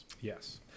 Yes